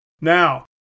Now